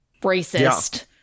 racist